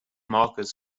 markers